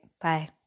Bye